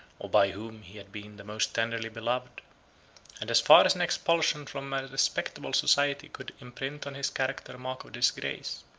or by whom he had been the most tenderly beloved and as far as an expulsion from a respectable society could imprint on his character a mark of disgrace,